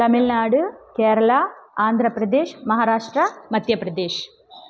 Tamil Nadu Kerala Andhra Pradesh Maharashtra Madhya Pradesh